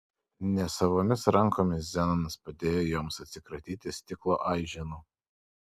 nesavomis rankomis zenonas padėjo joms atsikratyti stiklo aiženų